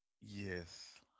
Yes